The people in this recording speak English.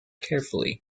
carefully